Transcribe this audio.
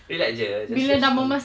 relax jer just just sound